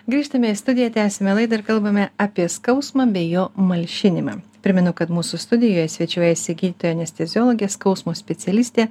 grįžtame į studiją tęsiame laidą ir kalbame apie skausmą bei jo malšinimą primenu kad mūsų studijoje svečiuojasi gydytoja anesteziologė skausmo specialistė